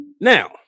Now